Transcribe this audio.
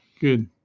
Good